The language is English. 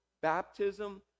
baptism